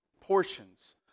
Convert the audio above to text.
portions